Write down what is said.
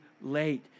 late